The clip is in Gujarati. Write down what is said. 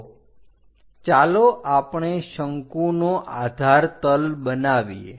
તો ચાલો આપણે શંકુનો આધાર તલ બનાવીએ